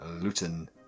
Luton